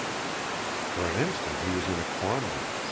for an instant he was in a quandary.